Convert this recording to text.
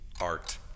Art